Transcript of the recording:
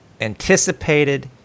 anticipated